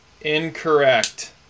Incorrect